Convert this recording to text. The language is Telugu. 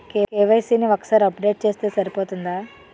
కే.వై.సీ ని ఒక్కసారి అప్డేట్ చేస్తే సరిపోతుందా?